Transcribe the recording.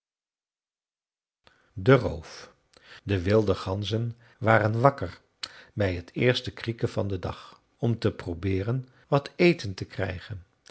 de roof de wilde ganzen waren wakker bij t eerste krieken van den dag om te probeeren wat eten te krijgen